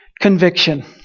conviction